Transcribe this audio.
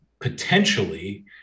potentially